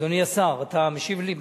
אדוני השר, אתה משיב לי?